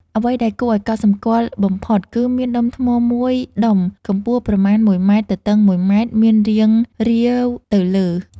អ្វីដែលគួរឲ្យកត់សម្គាល់បំផុត គឺមានដុំថ្មមួយដុំកម្ពស់ប្រមាណ ១ ម៉ែត្រ ទទឹង ១ ម៉ែត្រ មានរាងរៀវទៅលើ។